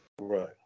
right